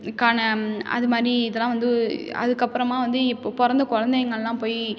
இதுக்கான அது மாதிரி இதெல்லாம் வந்து அதுக்கப்புறமா வந்து இப்போ பிறந்த கொழந்தைங்களலாம் போய்